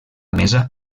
mesa